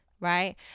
right